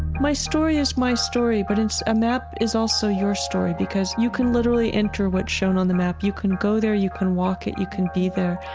my story is my story, but a ah map is also your story because you can literally enter what's shown on the map. you can go there, you can walk it, you can be there.